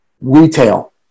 retail